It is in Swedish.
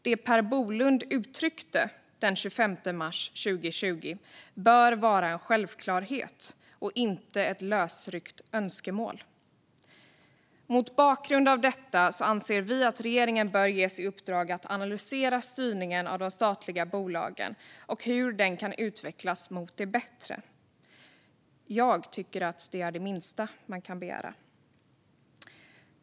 Det Per Bolund uttryckte den 25 mars 2020 bör vara en självklarhet, inte ett lösryckt önskemål. Mot bakgrund av detta anser vi att regeringen bör ges i uppdrag att analysera styrningen av de statliga företagen och hur den kan utvecklas till det bättre. Jag tycker att det är det minsta man kan begära.